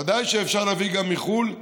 ודאי שאפשר להביא גם מחו"ל,